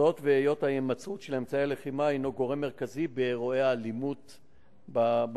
היות שההימצאות של אמצעי הלחימה היא גורם מרכזי באירועי האלימות במדינה.